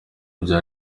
bya